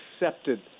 accepted